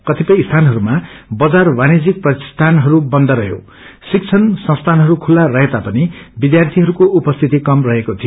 कतिपय स्थानहरूमा बजार वाणिश्यिक प्रतिष्ठानहरू बन्द रहयो शिक्षण संस्थानहरू खुल्ला रहेता पनि विध्यार्यीहरूको उपस्थिति कम रहेको थियो